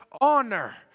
honor